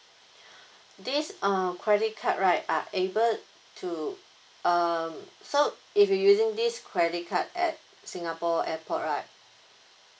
this uh credit card right are able to um so if you using this credit card at singapore airport right